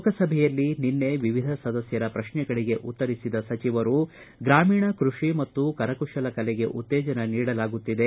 ಲೋಕಸಭೆಯಲ್ಲಿ ನಿನ್ನೆ ವಿವಿಧ ಸದಸ್ಕರ ಪ್ರಕ್ಷೆಗೆ ಉತ್ತರಿಸಿದ ಸಚಿವರು ಗ್ರಾಮೀಣ ಕೃಷಿ ಮತ್ತು ಕರಕುಶಲ ಕಲೆಗೆ ಉತ್ತೇಜನ ನೀಡಲಾಗುತ್ತಿದೆ